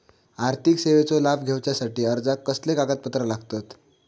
आर्थिक सेवेचो लाभ घेवच्यासाठी अर्जाक कसले कागदपत्र लागतत?